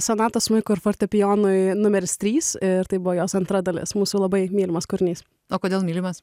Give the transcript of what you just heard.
sonatos smuikui ir fortepijonui numeris trys ir tai buvo jos antra dalis mūsų labai mylimas kūrinys o kodėl mylimas